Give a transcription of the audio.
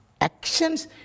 actions